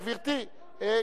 הלך עלינו, הפסדנו בזה, גברתי,